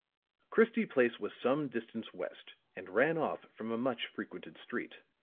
christie place was some distance west and ran off from a much frequented street.